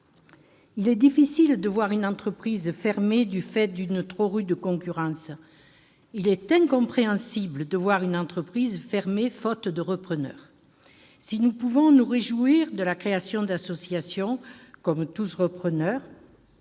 S'il est difficile de voir une entreprise fermer en raison d'une trop rude concurrence, il est incompréhensible de voir une entreprise fermer faute de repreneur. Si nous nous réjouissons de la création d'associations comme « Tous repreneurs